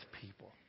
people